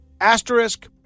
asterisk